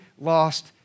lost